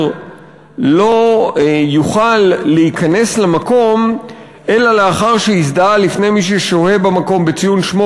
לא יוכל להיכנס למקום אלא לאחר שהזדהה לפני מי ששוהה במקום בציון שמו,